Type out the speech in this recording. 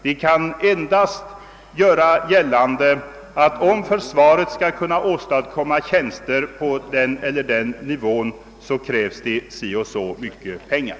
Man kan endast göra gällande att om försvaret skall kunna göra tjänst på den eller den nivån, krävs det si eller så mycket pengar.